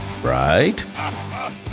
right